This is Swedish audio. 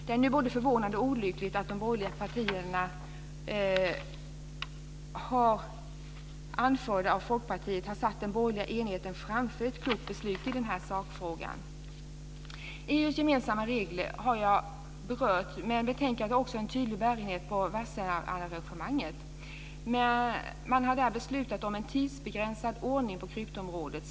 Det är nu både förvånande och olyckligt att de borgerliga partierna anförda av Folkpartiet har satt den borgerliga enigheten framför ett klokt beslut i denna sakfråga. Jag har berört EU:s gemensamma regler, men betänkandet har också en tydlig bärighet på Wassenaararrangemanget. Man har där beslutat om en tidsbegränsad ordning på kryptoområdet.